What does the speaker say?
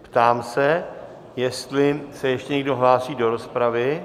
Ptám se, jestli se ještě někdo hlásí do rozpravy?